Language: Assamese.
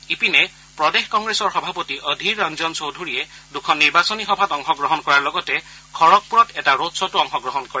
ইপিনে প্ৰদেশ কংগ্ৰেছৰ সভাপতি অধিৰ ৰঞ্জন চৌধুৰীয়ে দুখন নিৰ্বাচনী সভাত অংশগ্ৰহণ কৰাৰ লগতে খড়গপুৰত এটা ৰোডশ্ব'তো অংশগ্ৰহণ কৰে